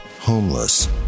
homeless